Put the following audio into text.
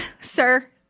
sir